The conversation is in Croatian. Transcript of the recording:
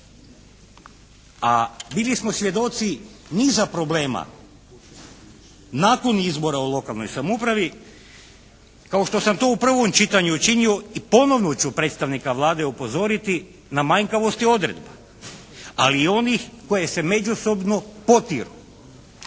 a bili smo svjedoci niza problema nakon izbora u lokalnoj samoupravi kao što sam to u prvom čitanju učinio i ponovno ću predstavnika Vlade upozoriti na manjkavosti odredba, ali onih koji se međusobno potiru.